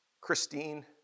Christine